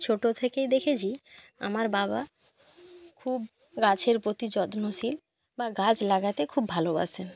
ছোট থেকেই দেখেছি আমার বাবা খুব গাছের প্রতি যত্নশীল বা গাছ লাগাতে খুব ভালোবাসেন